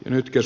rytkös